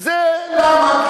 זה למה?